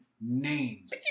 names